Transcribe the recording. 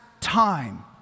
time